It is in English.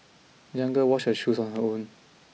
the young girl washed her shoes on her own